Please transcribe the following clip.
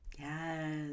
Yes